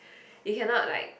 you cannot like